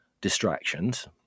distractions